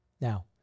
Now